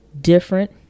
different